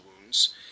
wounds